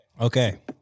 Okay